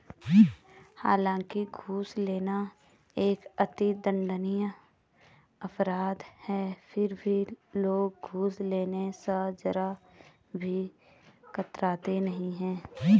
हालांकि घूस लेना एक अति दंडनीय अपराध है फिर भी लोग घूस लेने स जरा भी कतराते नहीं है